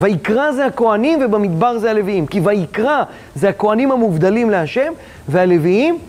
ויקרא זה הכהנים ובמדבר זה הלוויים, כי ויקרא זה הכהנים המובדלים להשם והלוויים.